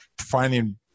finding